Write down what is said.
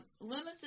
Limits